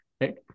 right